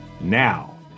Now